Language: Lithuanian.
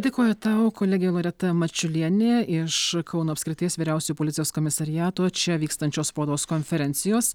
dėkoju tau kolegė loreta mačiulienė iš kauno apskrities vyriausiojo policijos komisariato čia vykstančios spaudos konferencijos